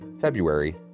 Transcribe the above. February